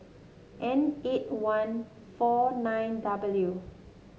N eight one four nine W